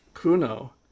Kuno